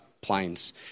planes